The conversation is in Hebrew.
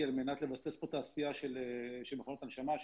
על-מנת לבסס פה תעשייה של מכונות הנשמה,